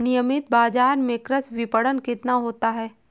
नियमित बाज़ार में कृषि विपणन कितना होता है?